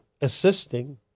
assisting